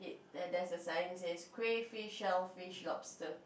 then there's the sign say cray fish shell fish lobster